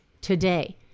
today